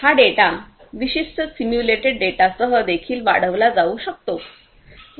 हा डेटा विशिष्ट सिम्युलेटेड डेटासह देखील वाढविला जाऊ शकतो